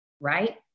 right